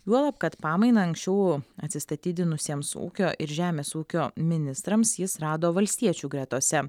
juolab kad pamainą anksčiau atsistatydinusiems ūkio ir žemės ūkio ministrams jis rado valstiečių gretose